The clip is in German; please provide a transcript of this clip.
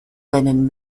seinen